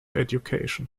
education